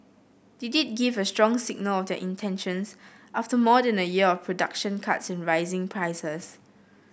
they did give a strong signal of their intentions after more than a year of production cuts and rising prices